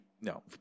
no